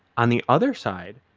on the other side,